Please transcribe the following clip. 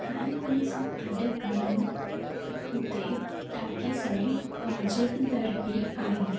खाइण पीअण सां गॾु गॾु हुते टाकिज़ में वाजिबु दर बि आहे